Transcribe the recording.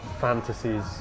fantasies